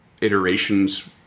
iterations